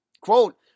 Quote